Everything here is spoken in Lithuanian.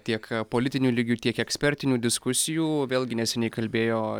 tiek politiniu lygiu tiek ekspertinių diskusijų vėlgi neseniai kalbėjo